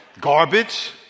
Garbage